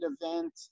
event